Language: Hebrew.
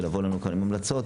ולבוא לכאן עם המלצות,